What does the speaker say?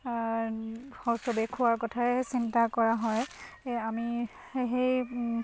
ঘৰৰ চবেই খোৱাৰ কথাই চিন্তা কৰা হয় আমি সেই